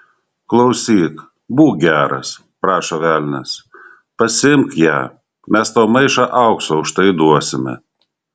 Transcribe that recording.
klausyk būk geras prašo velnias pasiimk ją mes tau maišą aukso už tai duosime